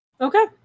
Okay